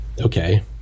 Okay